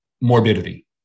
morbidity